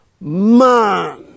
man